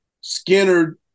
Skinner